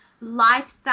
lifestyle